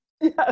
yes